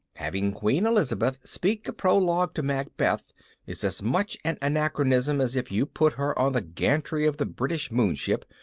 having queen elizabeth speak a prologue to macbeth is as much an anachronism as if you put her on the gantry of the british moonship,